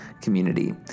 community